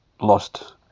lost